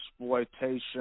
exploitation